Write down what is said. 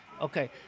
Okay